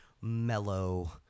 mellow